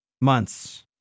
months